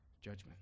judgment